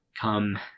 Come